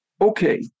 okay